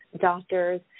doctors